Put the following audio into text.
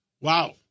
Wow